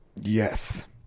Yes